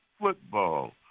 football